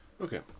Okay